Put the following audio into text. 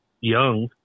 young